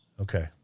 Okay